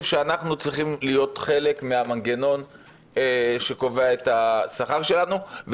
שאנחנו צריכים להיות חלק מהמנגנון שקובע את השכר שלנו.